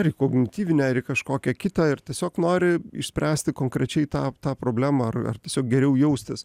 ar į kognityvinę ar į kažkokią kitą ir tiesiog nori išspręsti konkrečiai tą tą problemą ar ar tiesiog geriau jaustis